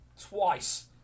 twice